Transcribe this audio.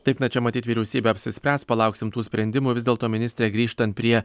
taip bet čia matyt vyriausybė apsispręs palauksim tų sprendimų vis dėlto ministre grįžtant prie